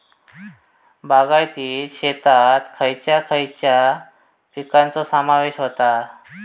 बागायती शेतात खयच्या खयच्या पिकांचो समावेश होता?